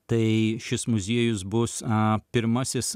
tai šis muziejus bus a pirmasis